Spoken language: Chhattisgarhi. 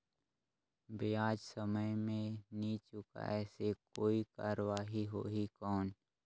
ब्याज समय मे नी चुकाय से कोई कार्रवाही होही कौन?